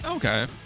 Okay